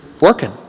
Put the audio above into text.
working